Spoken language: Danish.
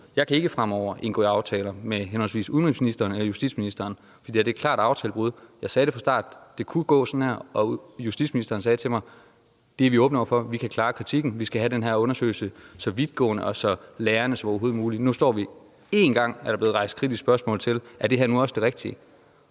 Jeg kan ikke fremover indgå i aftaler med henholdsvis udenrigsministeren eller justitsministeren, for det her er et klart aftalebrud. Jeg sagde fra starten, at det kunne gå sådan her, og justitsministeren sagde til mig: Det er vi åbne over for, vi kan klare kritikken, vi skal have den her undersøgelse, og den skal være så vidtgående og så lærende som overhovedet muligt. Nu står vi i den situation, at der én gang er blevet rejst et kritisk spørgsmål til, om det her nu også er det rigtige,